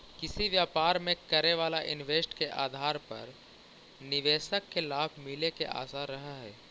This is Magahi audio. किसी व्यापार में करे वाला इन्वेस्ट के आधार पर निवेशक के लाभ मिले के आशा रहऽ हई